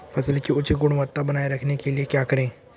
फसल की उच्च गुणवत्ता बनाए रखने के लिए क्या करें?